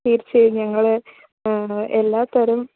തീർച്ചയായും ഞങ്ങള് എല്ലാത്തരം